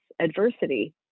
adversity